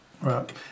right